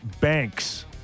Banks